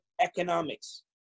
economics